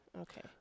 Okay